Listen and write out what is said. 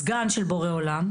הסגן של בורא עולם,